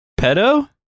pedo